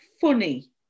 funny